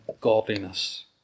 godliness